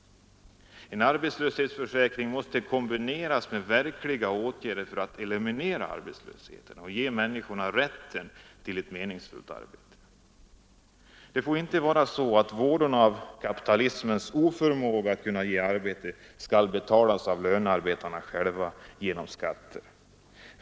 En arbetslöshetsförsäkring måste kombineras med verkliga åtgärder för att eliminera arbetslösheten och ge människorna rätten till ett meningsfullt arbete. Det får inte vara så att vådorna av kapitalismens oförmåga att ge arbete skall betalas av lönearbetarna själva genom skatter.